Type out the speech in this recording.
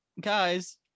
guys